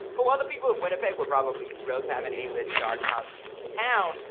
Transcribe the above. but while the people of winnipeg were probably thrilled to have an a-list star come to town,